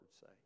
say